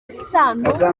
isano